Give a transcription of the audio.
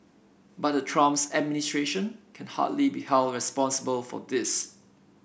but the Trump administration can hardly be held responsible for this